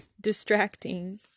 distracting